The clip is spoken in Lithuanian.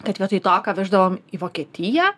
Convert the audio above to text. kad vietoj to ką veždavom į vokietiją